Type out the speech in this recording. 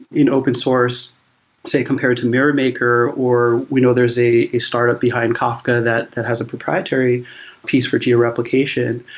in open, source say compared to mirror maker, or we know there's a a startup behind kafka that that has a proprietary piece for geo-replication.